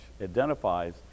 identifies